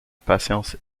patience